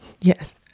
yes